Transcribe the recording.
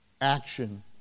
action